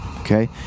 Okay